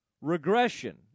regression